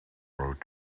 wrote